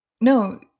no